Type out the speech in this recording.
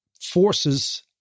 forces